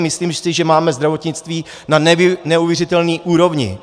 Myslím si, že máme zdravotnictví na neuvěřitelné úrovni.